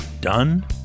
done